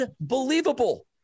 Unbelievable